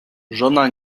żona